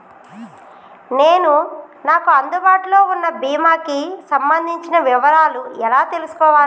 నేను నాకు అందుబాటులో ఉన్న బీమా కి సంబంధించిన వివరాలు ఎలా తెలుసుకోవాలి?